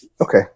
Okay